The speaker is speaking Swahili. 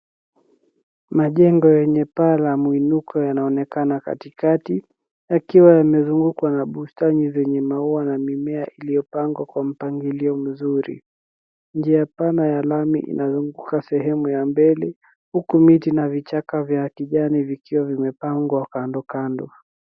Majengo yenye paa la mwinuko yanaonekana katikati yakiwa yamezungukwa na bustani zenye maua na mimea iliyopangwa kwa mpangilio mzuri. Njia pana ya lami inazunguka sehemu ya mbele, huku miti za vichaka vya kijani vikiwa vimepangwa kando, kando.